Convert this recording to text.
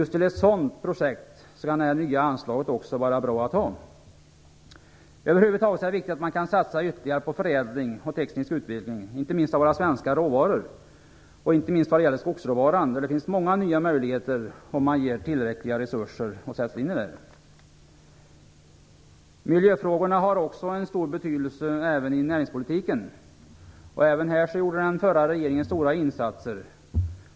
Till ett sådant projekt kan det här nya anslaget vara bra att ha. Över huvud taget är det viktigt att man kan satsa ytterligare på förädling och teknisk utveckling av våra svenska råvaror, inte minst när det gäller skogsråvaran. Där finns det många nya möjligheter om man ger tillräckliga resurser till det. Miljöfrågorna har en stor betydelse även i näringspolitiken. Även här gjorde den förra regeringen stora insatser.